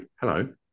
Hello